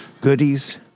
goodies